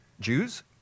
Jews